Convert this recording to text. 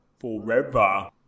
forever